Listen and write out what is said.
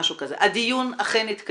משהו כזה, הדיון אכן יתקיים,